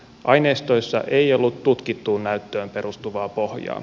aineistoissa ei ollut tutkittuun näyttöön perustuvaa pohjaa